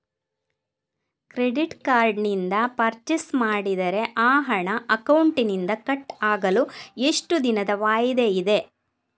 Credit card ನಿಂದ purchase ಮಾಡಿದರೆ ಆ ಹಣ ಅಕೌಂಟಿನಿಂದ ಕಟ್ ಆಗಲು ಎಷ್ಟು ದಿನದ ವಾಯಿದೆ ಇದೆ?